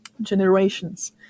generations